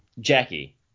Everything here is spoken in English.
Jackie